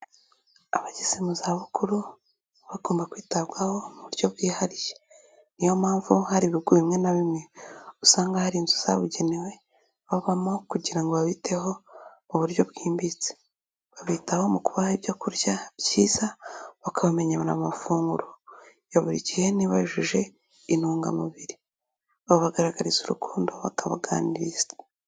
Abageze mu zabukuru bagomba kwitabwaho mu buryo bwihariye niyo mpamvu hari ibigo bimwe na bimwe usanga hari inzu zabugenewe babamo kugira ngo babiteho mu buryo bwimbitse, babitaho mu kubaha ibyo kurya byiza bakabamenyera amafunguro ya buri gihe niba yujuje intungamubiri, babagaragariza urukundo bakabaganiriza.